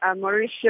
Mauritius